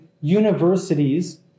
universities